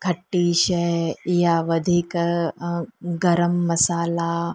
खटी शइ यां वधीक गर्म मसाल्हा